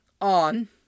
on